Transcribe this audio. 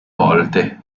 volte